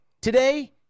today